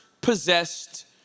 possessed